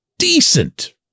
Decent